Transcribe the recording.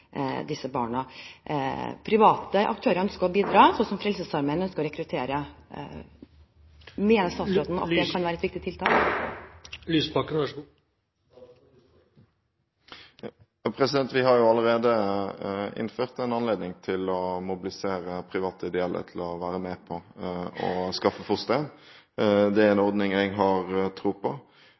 disse barna. De private aktørene skal bidra – Frelsesarmeen ønsker å rekruttere. Mener statsråden at det kan være et viktig tiltak? Vi har jo allerede innført en anledning til å mobilisere private ideelle til å være med på å skaffe fosterhjem. Det er en ordning jeg har tro på.